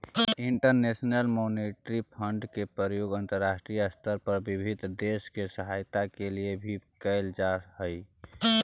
international Monetary Fund के प्रयोग अंतरराष्ट्रीय स्तर पर विभिन्न देश के सहायता के लिए भी कैल जा हई